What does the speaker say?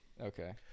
Okay